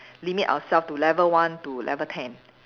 limit ourselves to level one to level ten